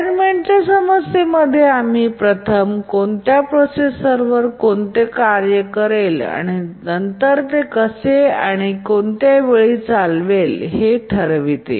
असाइनमेंटच्या समस्ये मध्ये आम्ही प्रथम कोणत्या प्रोसेसरवर कोणते कार्य करेल आणि नंतर ते कसे आणि कोणत्या वेळी चालवेल हे ठरविते